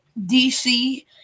DC